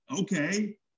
okay